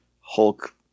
Hulk